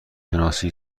شناسی